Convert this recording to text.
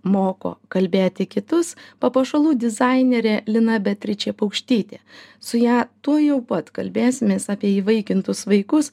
moko kalbėti kitus papuošalų dizainerė lina beatričė paukštytė su ja tuojau pat kalbėsimės apie įvaikintus vaikus